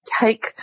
take